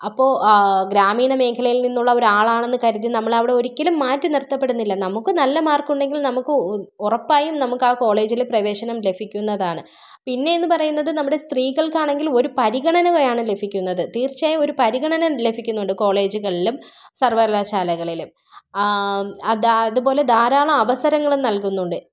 അപ്പോൾ ഗ്രാമീണമേഖലയിൽ നിന്നുള്ള ഒരാളാണെന്ന് കരുതി നമ്മളവിടെ ഒരിക്കലും മാറ്റി നിർത്തപ്പെടുന്നില്ല നമുക്ക് നല്ല മാർക്കുണ്ടെങ്കിൽ നമുക്ക് ഒ ഉറപ്പായും നമുക്ക് ആ കോളേജിൽ പ്രവേശനം ലഭിക്കുന്നതാണ് പിന്നെ എന്ന് പറയുന്നത് നമ്മുടെ സ്ത്രീകൾക്കാണെങ്കിൽ ഒരു പരിഗണനയാണ് ലഭിക്കുന്നത് തീർച്ചയായിട്ടും ഒരു പരിഗണന ലഭിക്കുന്നുണ്ട് കോളേജുകളിലും സർവകലാശാലകളിലും അതാ അതുപോലെ ധാരാളം അവസരങ്ങളും നൽകുന്നുണ്ട്